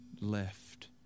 left